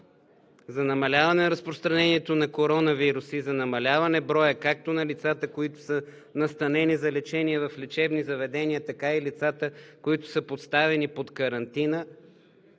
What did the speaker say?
за намаляване на разпространението на коронавируса и за намаляване на броя както на лицата, които са настанени за лечение в лечебни заведения, така и лицата, които са поставени под карантина,